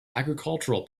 agricultural